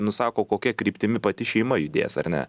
nusako kokia kryptimi pati šeima judės ar ne